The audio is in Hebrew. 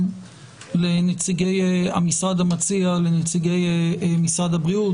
לנציגי המשרד המציע - לנציגי משרד הבריאות,